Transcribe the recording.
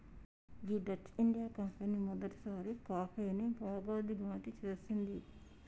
గీ Dutch India company మొదటిసారి కాఫీని బాగా దిగుమతి చేసింది